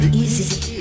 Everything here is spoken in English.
easy